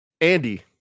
Andy